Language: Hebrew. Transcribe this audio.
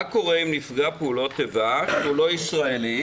מה קורה עם נפגע פעולות איבה שהוא לא ישראלי,